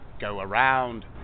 go-around